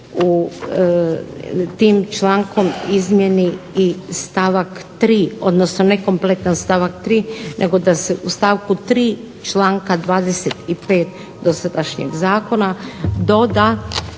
se tim člankom izmijeni i stavak 3., odnosno ne kompletan stavak 3. nego da se u stavku 3. članka 25. dosadašnjeg zakona doda